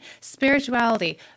spirituality